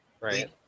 Right